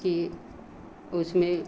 कि उसमें